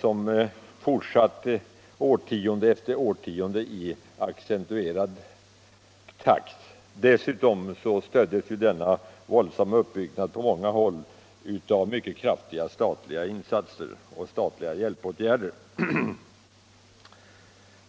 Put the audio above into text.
som fortsatte årtionde efter årtionde i accelererad takt. Dessutom stöddes denna våldsamma uppbyggnad på många håll av mycket kraftiga statliga insatser och hjälpåtgärder.